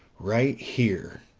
right here,